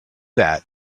that